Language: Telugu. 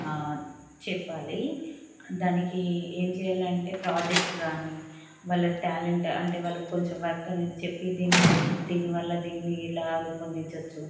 చెప్పాలి దానికి ఏం చేయాలంటే ప్రాజెక్ట్స్ కానీ వాళ్ళ టాలెంట్ అంటే వాళ్ళు కొంచెం వర్క్ అనేది చెప్పి దీన్ని దీని వల్ల దీన్ని ఇలా రూపొందించవచ్చు